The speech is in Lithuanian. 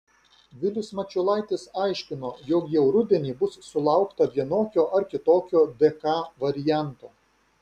vilius mačiulaitis aiškino jog jau rudenį bus sulaukta vienokio ar kitokio dk varianto